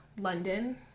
London